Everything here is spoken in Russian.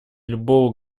любого